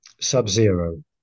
Sub-zero